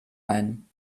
ein